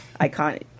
iconic